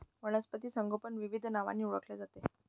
वनस्पती संगोपन विविध नावांनी ओळखले जाते